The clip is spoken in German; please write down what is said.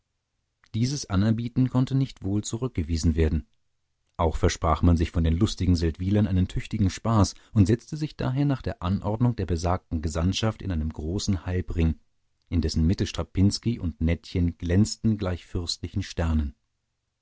dieses anerbieten konnte nicht wohl zurückgewiesen werden auch versprach man sich von den lustigen seldwylern einen tüchtigen spaß und setzte sich daher nach der anordnung der besagten gesandtschaft in einem großen halbring in dessen mitte strapinski und nettchen glänzten gleich fürstlichen sternen